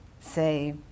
Say